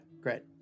great